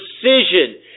precision